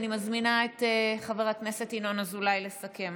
אני מזמינה את חבר הכנסת ינון אזולאי לסכם